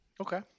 Okay